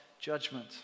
judgment